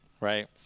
right